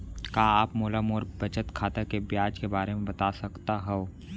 का आप मोला मोर बचत खाता के ब्याज के बारे म बता सकता हव?